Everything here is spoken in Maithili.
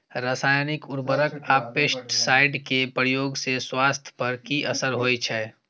रसायनिक उर्वरक आ पेस्टिसाइड के प्रयोग से स्वास्थ्य पर कि असर होए छै?